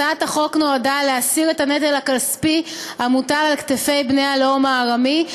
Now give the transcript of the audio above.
הצעת החוק נועדה להסיר את הנטל הכספי המוטל על כתפי בני הלאום הארמי,